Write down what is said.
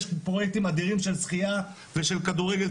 יש פרוייקטים אדירים של שחייה ושל כדורגל.